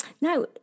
now